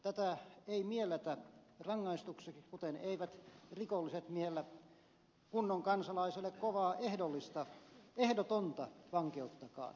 tätä ei mielletä rangaistukseksi kuten eivät rikolliset miellä kunnon kansalaiselle kovaa ehdollista vankeuttakaan